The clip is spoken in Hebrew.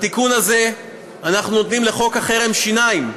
בתיקון הזה אנחנו נותנים לחוק החרם שיניים,